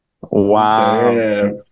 Wow